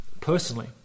personally